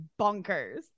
bonkers